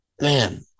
man